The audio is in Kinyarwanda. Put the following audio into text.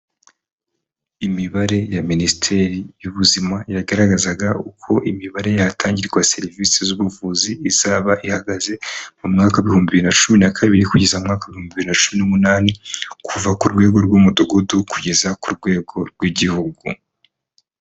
Imibare ya minisiteri y'ubuzima yagaragazaga uko imibare yatangirwa serivisi z'ubuvuzi izaba ihagaze mu mwaka ibihumbi nacumi na kabiri kugeza mu mwaka w'ibihumbi bibiri na cumi n'umunani kuva ku rwego rw'umudugudu kugeza ku rwego rw'igihugu.